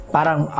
Parang